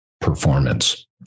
performance